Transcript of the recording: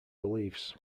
beliefs